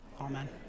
Amen